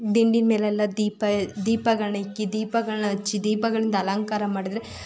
ದಿಂಡಿನಮೇಲೆಲ್ಲ ದೀಪ ದೀಪಗಳನ್ನ ಇಕ್ಕಿ ದೀಪಗಳನ್ನ ಹಚ್ಚಿ ದೀಪಗಳಿಂದ ಅಲಂಕಾರ ಮಾಡಿದರೆ